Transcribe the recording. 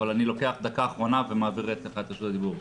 אבל אני לוקח דקה אחרונה ומעביר את רשות הדיבור.